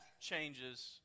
changes